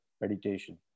meditation